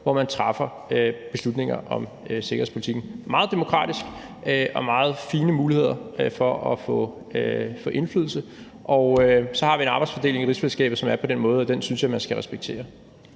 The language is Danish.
hvor man træffer beslutninger om sikkerhedspolitikken. Det er meget demokratisk og meget fine muligheder for at få indflydelse, og vi har så en arbejdsfordeling i rigsfællesskabet, som er på den måde, og den synes jeg man skal respektere.